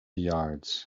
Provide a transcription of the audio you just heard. yards